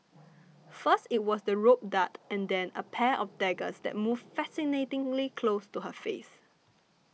first it was the rope dart and then a pair of daggers that moved fascinatingly close to her face